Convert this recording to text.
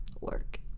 Work